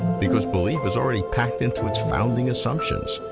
because belief is already packed into its founding assumptions.